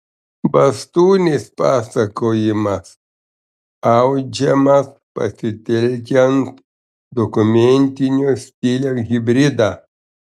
bastūnės pasakojimas audžiamas pasitelkiant dokumentinio stiliaus hibridą